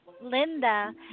Linda